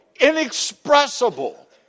inexpressible